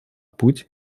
путь